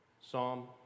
Psalm